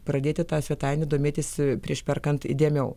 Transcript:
pradėti ta svetaine domėtis prieš perkant įdėmiau